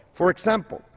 for example,